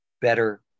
better